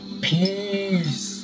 Peace